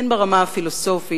הן ברמה הפילוסופית,